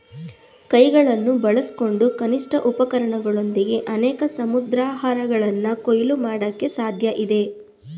ಕೈಗಳನ್ನು ಬಳಸ್ಕೊಂಡು ಕನಿಷ್ಠ ಉಪಕರಣಗಳೊಂದಿಗೆ ಅನೇಕ ಸಮುದ್ರಾಹಾರಗಳನ್ನ ಕೊಯ್ಲು ಮಾಡಕೆ ಸಾಧ್ಯಇದೆ